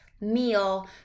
meal